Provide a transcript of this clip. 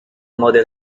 model